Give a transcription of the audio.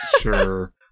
Sure